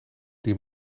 die